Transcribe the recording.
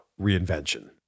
reinvention